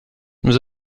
nous